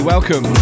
Welcome